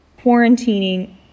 quarantining